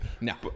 No